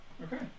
Okay